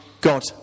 God